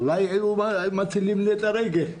אולי היו מצילים לי את הרגל.